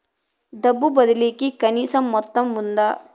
డబ్బు బదిలీ కి కనీస మొత్తం ఉందా?